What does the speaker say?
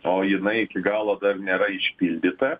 o jinai iki galo dar nėra išpildyta